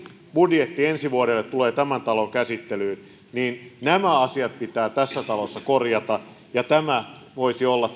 budjetti ensi vuodelle tulee tämän talon käsittelyyn niin nämä asiat pitää tässä talossa korjata ja tämä lisätalousarvio voisi olla